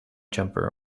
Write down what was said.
jumper